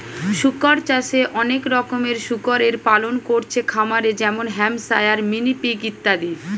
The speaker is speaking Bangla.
শুকর চাষে অনেক রকমের শুকরের পালন কোরছে খামারে যেমন হ্যাম্পশায়ার, মিনি পিগ ইত্যাদি